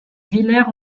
villers